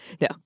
No